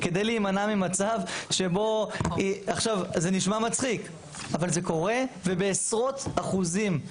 זה נשמע מצחיק, אבל זה קורה ובעשרות אחוזים.